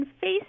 face